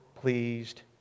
pleased